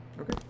Okay